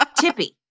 Tippy